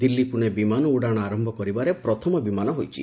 ଦିଲ୍ଲୀ ପୁଣେ ବିମାନ ଉଡ଼ାଣ ଆରମ୍ଭ କରିବାରେ ପ୍ରଥମ ବିମାନ ହୋଇଛି